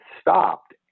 stopped